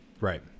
right